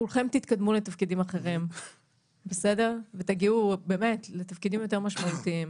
כולכם תתקדמו לתפקידים אחרים ותגיעו לתפקידים יותר משמעותיים,